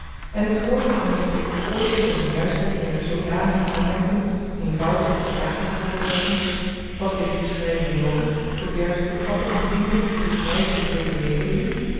en ik geloof dat men zich tot het beoordeelen van de juistheid eener zoodanige aanmerking eenvoudig de vraag hebbe voorteleggen was deze beschryving noodig tot juist opvatten van den indruk dien de schryver u wilde meedeelen